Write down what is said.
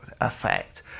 effect